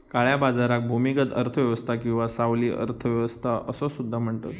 काळ्या बाजाराक भूमिगत अर्थ व्यवस्था किंवा सावली अर्थ व्यवस्था असो सुद्धा म्हणतत